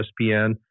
ESPN